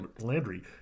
Landry